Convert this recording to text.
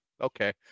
okay